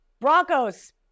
Broncos